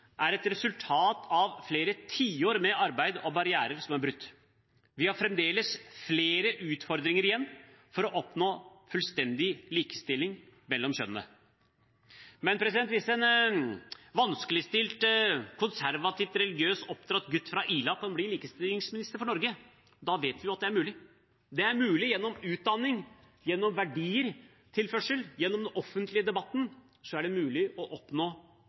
er et resultat av flere tiår med arbeid og barrierer som er brutt. Vi har fremdeles flere utfordringer igjen for å oppnå full likestilling mellom kjønnene. Men hvis en vanskeligstilt, konservativt religiøst oppdratt gutt fra Ila kan bli likestillingsminister i Norge, da vet vi at det er mulig! Det er mulig gjennom utdanning, gjennom verditilførsel, gjennom den offentlige debatten å oppnå likestilling også hos dem som ikke er